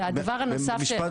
משפט לסיום.